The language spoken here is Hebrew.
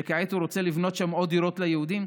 שכעת הוא רוצה לבנות שם עוד דירות ליהודים?